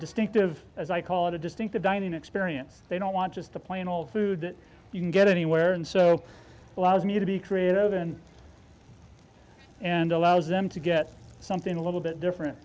distinctive as i call it a distinctive dining experience they don't want just a plain old food that you can get anywhere and so allows me to be creative in and allows them to get something a little bit different